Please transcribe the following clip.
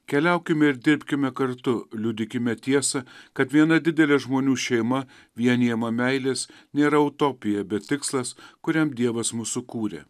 keliaukime ir dirbkime kartu liudykime tiesą kad viena didelė žmonių šeima vienijama meilės nėra utopija bet tikslas kuriam dievas mus sukūrė